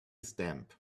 stamp